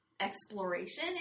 exploration